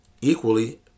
Equally